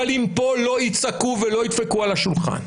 אבל אם פה לא יצעקו ולא ידפקו על השולחן,